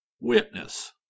Witness